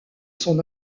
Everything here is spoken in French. son